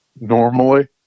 normally